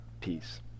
peace